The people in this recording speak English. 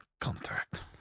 contract